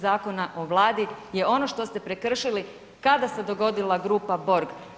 Zakona o Vladi je ono što ste prekršili kada se dogodila grupa Borg.